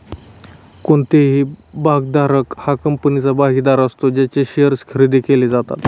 कोणताही भागधारक हा कंपनीचा भागीदार असतो ज्यांचे शेअर्स खरेदी केले जातात